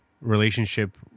relationship